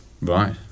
Right